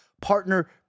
Partner